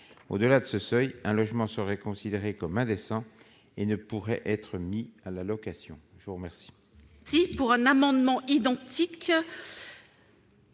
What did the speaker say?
Au-delà de ce seuil, un logement serait considéré comme indécent et ne pourrait pas être mis en location. La parole